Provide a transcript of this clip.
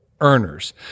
earners